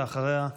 ואחריה,